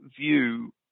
view